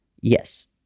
yes